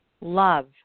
love